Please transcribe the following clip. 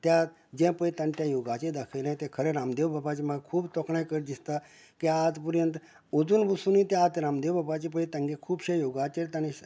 त्या जे पळय तांकां योगाचेर दाखयलें ते खरें रामदेव बाबाची म्हाका खूब तोखणाय कर दिसता की आज पर्यंत अजून बसून ते रामदेव बाबाची पळय खुबशें योगाचें ताणे